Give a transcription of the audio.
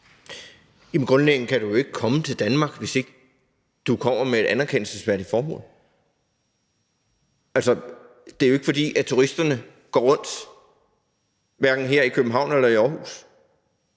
Grundlæggende kan du ikke komme til Danmark, hvis ikke du kommer med et anerkendelsesværdigt formål. Det er jo ikke, fordi turisterne går rundt hverken her i København eller i Aarhus.